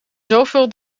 zoveel